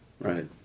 Right